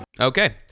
okay